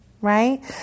Right